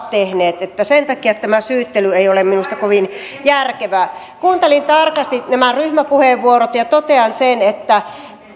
tehneet sen takia tämä syyttely ei ole minusta kovin järkevää kuuntelin tarkasti nämä ryhmäpuheenvuorot ja totean sen että